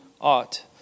ought